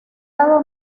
dado